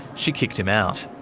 she kicked him out.